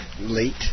late